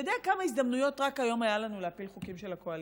אתה יודע כמה הזדמנויות היו לנו רק היום להפיל חוקים של הקואליציה?